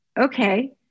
Okay